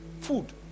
food